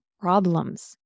problems